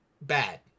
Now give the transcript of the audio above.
bad